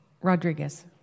Rodriguez